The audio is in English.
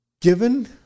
Given